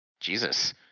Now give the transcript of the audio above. Jesus